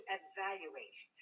evaluate